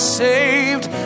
saved